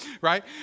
right